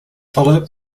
philip